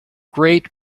great